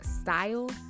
style